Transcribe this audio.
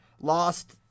lost